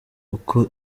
uko